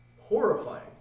horrifying